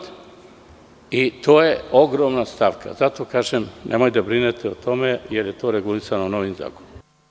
To je ogromna stavka i zato kažem da ne brinete o tome, jer je to regulisano novim zakonom.